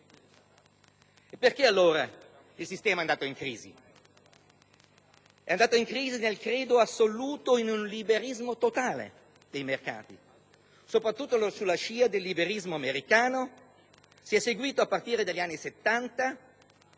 Perché, allora, il sistema è andato in crisi? Per il credo assoluto in un liberismo totale dei mercati, soprattutto sulla scia del liberismo americano, a partire dagli anni Settanta,